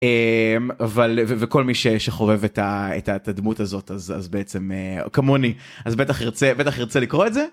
אבל וכל מי שחובב את הדמות הזאת אז בעצם כמוני אז בטח ירצה לקרוא את זה.